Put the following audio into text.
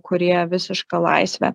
kurie visišką laisvę